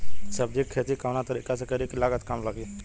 सब्जी के खेती कवना तरीका से करी की लागत काम लगे?